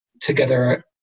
together